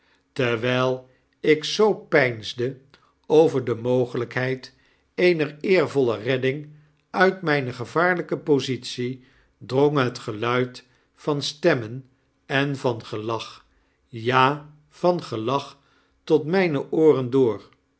terwyl ik zoo peinsde over de mogelykheid eener eervolle redding uit rape gevaarlyke positie drong het geluid van stemmen en van gelach ja van gelach tot mjjne ooren door